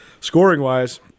Scoring-wise